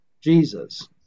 Jesus